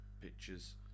pictures